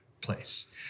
place